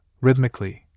rhythmically